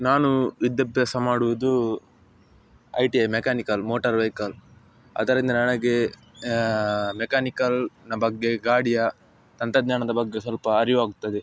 ನಾನು ವಿದ್ಯಾಭ್ಯಾಸ ಮಾಡುವುದು I T I mechanical motor vehicle ಅದರಿಂದ ನನಗೆ ಮೆಕ್ಯಾನಿಕಲ್ನ ಬಗ್ಗೆ ಗಾಡಿಯ ತಂತ್ರಜ್ಞಾನದ ಬಗ್ಗೆ ಸ್ವಲ್ಪ ಅರಿವಾಗುತ್ತದೆ